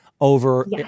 over